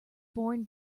born